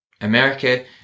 America